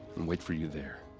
and wait for you there.